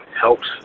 helps